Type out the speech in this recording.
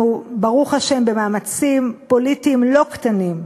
אנחנו, ברוך השם, במאמצים פוליטיים לא קטנים,